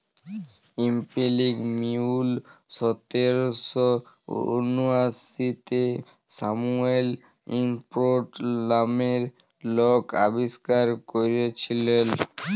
spinning mule সতের শ উনআশিতে স্যামুয়েল ক্রম্পটল লামের লক আবিষ্কার ক্যইরেছিলেল